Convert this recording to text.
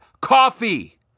coffee